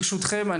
ברשותכם,